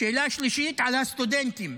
השאלה השלישית, על הסטודנטים,